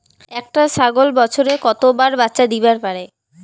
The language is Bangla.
একটা ছাগল বছরে কতবার বাচ্চা দিবার পারে?